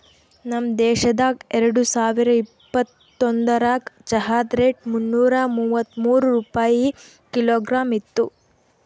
ನಮ್ ದೇಶದಾಗ್ ಎರಡು ಸಾವಿರ ಇಪ್ಪತ್ತೊಂದರಾಗ್ ಚಹಾದ್ ರೇಟ್ ಮುನ್ನೂರಾ ಮೂವತ್ಮೂರು ರೂಪಾಯಿ ಕಿಲೋಗ್ರಾಮ್ ಇತ್ತು